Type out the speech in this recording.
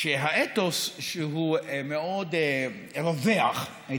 שהאתוס שהוא מאוד רווח בעולם החינוך,